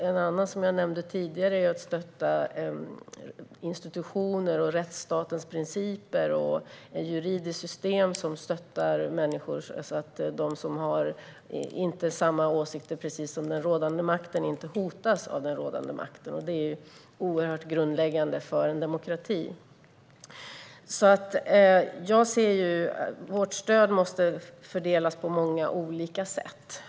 Ett sätt som jag nämnde tidigare är att stötta institutioner, rättsstatens principer och ett juridiskt system som stöttar människor, så att de som inte har precis samma åsikter som den rådande makten inte hotas av den rådande makten. Det är oerhört grundläggande för en demokrati. Vårt stöd måste fördelas på många olika sätt.